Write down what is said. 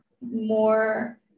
more